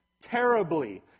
terribly